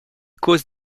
causes